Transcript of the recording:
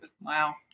wow